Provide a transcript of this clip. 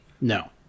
No